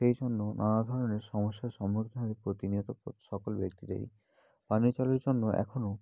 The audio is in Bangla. সেই জন্য নানা ধরনের সমস্যার সম্মুখীন প্রতিনিয়ত সকল ব্যক্তিদেরই পানীয় জলের জন্য এখনও